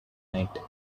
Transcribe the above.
night